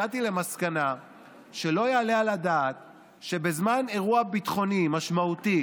הגעתי למסקנה שלא יעלה על הדעת שבזמן אירוע ביטחוני משמעותי